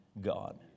God